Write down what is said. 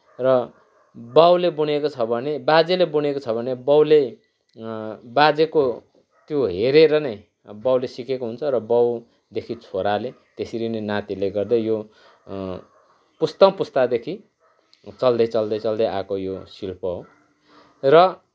र बाउले बुनेको छ भने बाजेले बुनेको छ भने बाउले बाजेको त्यो हेरेर नै बाउले सिकेको हुन्छ र बाउदेखि छोराले त्यसरी नै नातीले गर्दै यो पुस्तौँ पुस्तादेखि चल्दै चल्दै चल्दै आएको यो शिल्प हो र